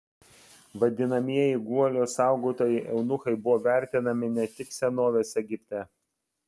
vadinamieji guolio saugotojai eunuchai buvo vertinami ne tik senovės egipte